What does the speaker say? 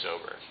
sober